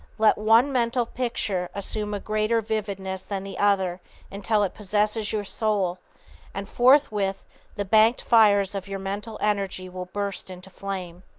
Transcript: let one mental picture assume a greater vividness than the other until it possesses your soul and forthwith the banked fires of your mental energy will burst into flame.